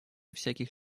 всяких